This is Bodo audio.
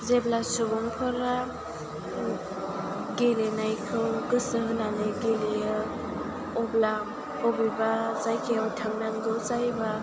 जेब्ला सुबुंफोरा गेलेनायखौ गोसो होनानै गेलेयो अब्ला बबेबा जायगायाव थांनांगौ जायोबा